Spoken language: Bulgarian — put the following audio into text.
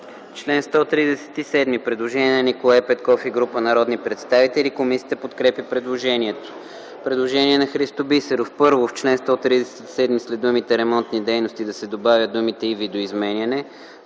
Член 134 – предложение на Николай Петков и група народни представители. Комисията подкрепя предложението. Предложение на Христо Бисеров: „1. В чл. 134, ал. 1 и ал. 2 след думите „ремонтни дейности” да се добавят думите „и видоизменяне”.